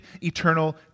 eternal